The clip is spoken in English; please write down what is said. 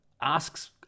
Asks